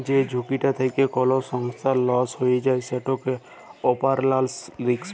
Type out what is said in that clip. যে ঝুঁকিটা থ্যাকে কল সংস্থার লস হঁয়ে যায় সেটকে অপারেশলাল রিস্ক ব্যলে